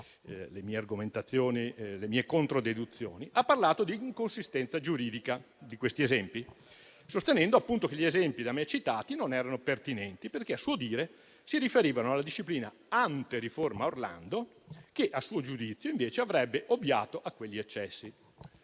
le mie argomentazioni, le mie controdeduzioni - ha parlato di inconsistenza giuridica degli esempi da me citati, sostenendo che non erano pertinenti, perché a suo dire si riferivano alla disciplina ante riforma Orlando, che a suo giudizio invece avrebbe ovviato a quegli eccessi.